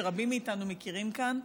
שרבים מאיתנו מכירים כאן,